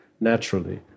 naturally